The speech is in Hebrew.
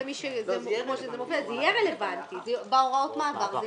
זה יהיה רלוונטי בהוראות מעבר.